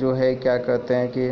करलो जाय छै